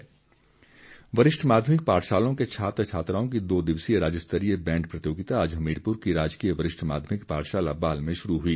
प्रतियोगिता वरिष्ठ माध्यमिक पाठशालाओं के छात्र छात्राओं की दो दिवसीय राज्य स्तरीय बैंड प्रतियोगिता आज हमीरपुर की राजकीय वरिष्ठ माध्यमिक पाठशाला बाल में शुरू हुई